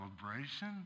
celebration